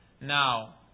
Now